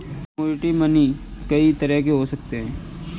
commodity money कई तरह के हो सकते हैं